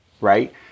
right